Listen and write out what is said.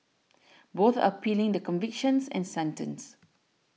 both are appealing the convictions and sentence